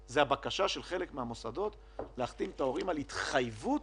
לבקשה של חלק מהמוסדות להחתים את ההורים על התחייבות